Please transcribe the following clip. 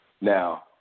Now